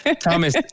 Thomas